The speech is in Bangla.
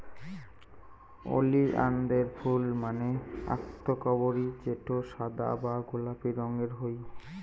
ওলিয়ানদের ফুল মানে অক্তকরবী যেটো সাদা বা গোলাপি রঙের হই